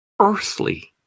earthly